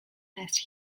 nest